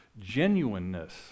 Genuineness